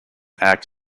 act